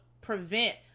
prevent